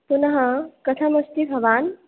पुनः कथमस्ति भवान्